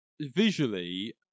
visually